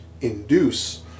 induce